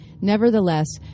Nevertheless